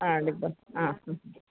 ആന്നിപ്പോള് ആ മ്മ്